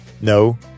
No